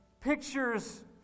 pictures